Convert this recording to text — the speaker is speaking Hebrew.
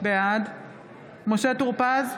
בעד משה טור פז,